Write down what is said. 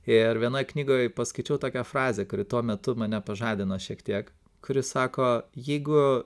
ir vienoj knygoj skaičiau tokią frazę kuri tuo metu mane pažadino šiek tiek kuri sako jeigu